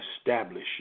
establish